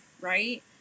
right